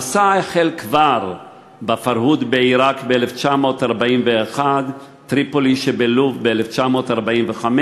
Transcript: המסע החל כבר ב"פרהוד" בעיראק ב-1941 ובטריפולי שבלוב ב-1945,